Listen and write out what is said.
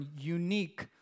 unique